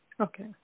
Okay